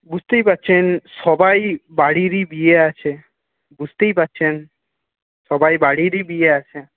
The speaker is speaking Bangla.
বুঝতেই পারছেন সবাই বাড়িরই বিয়ে আছে বুঝতেই পারছেন সবাই বাড়িরই বিয়ে আছে